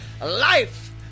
life